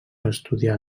estudiar